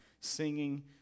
singing